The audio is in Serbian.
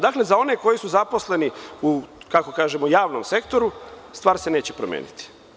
Dakle, za one koji su zaposleni u, kako kažemo, javnom sektoru, stvar se neće promeniti.